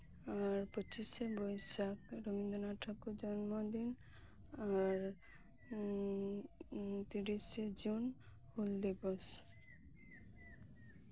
ᱟᱨ ᱯᱚᱸᱪᱤᱥᱮ ᱵᱳᱭᱥᱟᱠᱷ ᱨᱚᱵᱤᱱᱫᱨᱚ ᱱᱟᱛᱷ ᱴᱷᱟᱹᱠᱩᱨᱟᱜ ᱡᱚᱱᱢᱚ ᱫᱤᱱ ᱟᱨ ᱛᱤᱨᱤᱥᱮ ᱡᱩᱱ ᱦᱩᱞ ᱫᱤᱵᱚᱥ